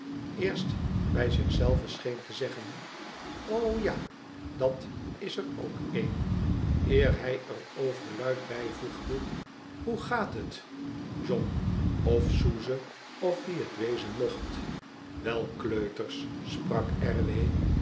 eerst bij zich zei ven scheen te zeggen oja dat is er ook een eer hij er overluid bijvoegde hoe gaat'et john oif suze of wie het wezen mocht wei kleuters sprak